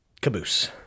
caboose